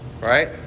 Right